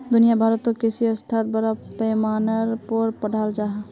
दुनिया भारोत कृषि अर्थशाश्त्र बड़ा पैमानार पोर पढ़ाल जहा